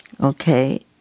Okay